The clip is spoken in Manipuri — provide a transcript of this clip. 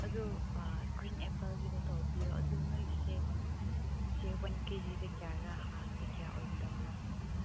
ꯑꯗꯨ ꯒ꯭ꯔꯤꯟ ꯑꯦꯄꯜꯒꯤꯗ ꯇꯧꯕꯤꯌꯣ ꯑꯗꯨ ꯅꯣꯏꯒꯤꯁꯦ ꯔꯦꯠꯁꯦ ꯋꯥꯟ ꯀꯦꯖꯤꯗ ꯀꯌꯥꯔꯥ ꯍꯥꯐꯇ ꯀꯌꯥ ꯑꯣꯏꯒꯗꯕ꯭ꯔꯥ